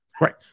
Right